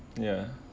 ya